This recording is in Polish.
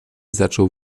zaczął